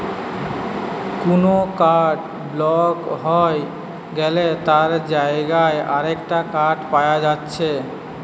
কুনো card block হই গ্যালে তার জাগায় আরেকটা কার্ড পায়া যাচ্ছে